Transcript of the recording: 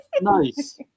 Nice